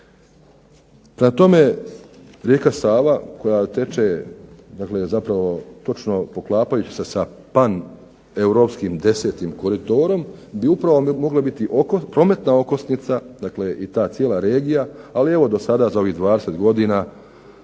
tome, rijeka Sava koja teče zapravo poklapajući se PAN-europskim 10. koridorom bi upravo mogla biti prometna okosnica, dakle ta cijela regija. Ali evo za ovih 20 godina